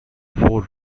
four